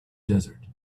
desert